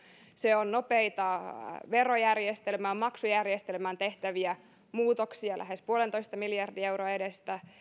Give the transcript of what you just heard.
se on nopeita verojärjestelmään maksujärjestelmään tehtäviä muutoksia lähes puolentoista miljardin euron edestä